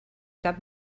cap